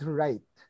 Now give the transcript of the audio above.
right